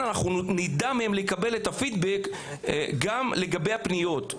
נדע לקבל מהם את הפידבק גם לגבי הפניות.